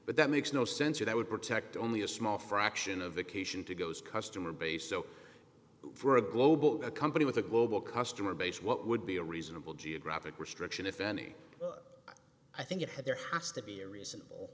but that makes no sense or that would protect only a small fraction of vacation to goes customer base so for a global company with a global customer base what would be a reasonable geographic restriction if any i think you have there has to be a reasonable